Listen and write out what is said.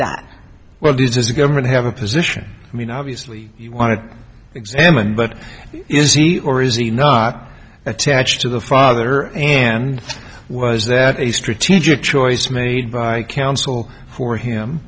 that well this is a government have a position i mean obviously you want it examined but is he or is he not attached to the father and was there a strategic choice made by counsel for him